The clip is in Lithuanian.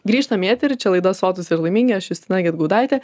grįžtam į eterį čia laida sotūs ir laimingi aš justina gedgaudaitė